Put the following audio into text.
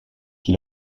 qui